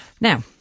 Now